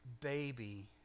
baby